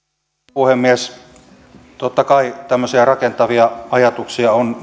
puhemies totta kai tämmöisiä rakentavia ajatuksia on näihin on